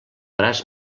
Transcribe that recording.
braç